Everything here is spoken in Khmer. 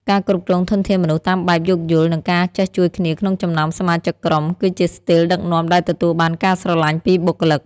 ការគ្រប់គ្រងធនធានមនុស្សតាមបែបយោគយល់ និងការចេះជួយគ្នាក្នុងចំណោមសមាជិកក្រុម គឺជាស្ទីលដឹកនាំដែលទទួលបានការស្រឡាញ់ពីបុគ្គលិក។